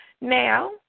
Now